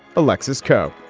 alexis koe